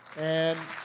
and